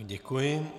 Děkuji.